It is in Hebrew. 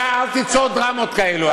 אתה אל תיצור דרמות כאלה,